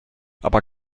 aber